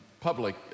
public